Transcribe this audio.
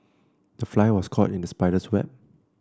the fly was caught in the spider's web